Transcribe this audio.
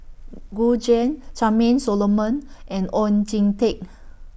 Gu Juan Charmaine Solomon and Oon Jin Teik